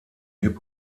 hip